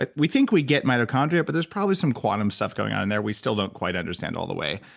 like we think we get mitochondria, but there's probably some quantum stuff going on in there we still don't quite understand all the way.